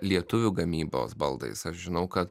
lietuvių gamybos baldais aš žinau kad